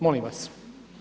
Molim vas.